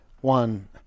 one